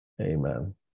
Amen